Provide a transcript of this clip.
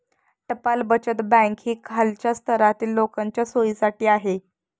टपाल बचत बँक ही खालच्या स्तरातील लोकांच्या सोयीसाठी आहे